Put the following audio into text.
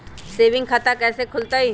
Saving खाता कैसे खुलतई?